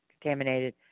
contaminated